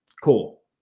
Cool